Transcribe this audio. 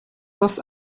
dass